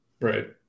Right